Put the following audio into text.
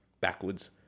backwards